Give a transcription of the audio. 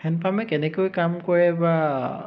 hand পাম্পে কেনেকৈ কাম কৰে বা